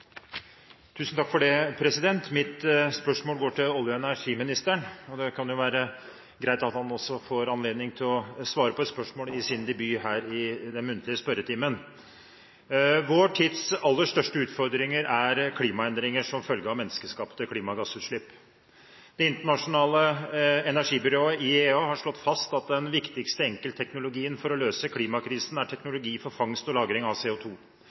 Mitt spørsmål går til olje- og energiministeren. Det kan jo være greit at han også får anledning til å svare på et spørsmål i sin debut her i den muntlige spørretimen. Vår tids aller største utfordring er klimaendringer som følge av menneskeskapte klimagassutslipp. Det internasjonale energibyrået, IEA, har slått fast at den viktigste enkeltteknologien for å løse klimakrisen er teknologi for fangst og lagring av